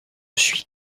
suis